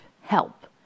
help